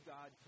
God